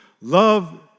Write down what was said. love